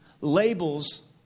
labels